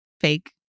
fake